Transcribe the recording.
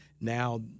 now